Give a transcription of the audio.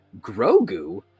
grogu